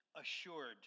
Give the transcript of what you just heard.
assured